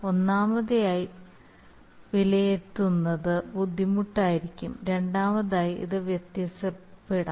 ഒന്നാമതായി വിലയിരുത്തുന്നത് ബുദ്ധിമുട്ടായിരിക്കാം രണ്ടാമതായി ഇത് വ്യത്യാസപ്പെടാം